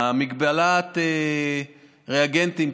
מגבלת הריאגנטים,